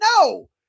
No